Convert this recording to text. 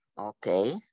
okay